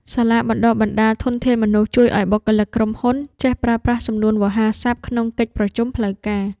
សាលាបណ្ដុះបណ្ដាលធនធានមនុស្ស ជួយឱ្យបុគ្គលិកក្រុមហ៊ុនចេះប្រើប្រាស់សំនួនវោហារស័ព្ទក្នុងកិច្ចប្រជុំផ្លូវការ។